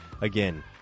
Again